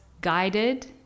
guided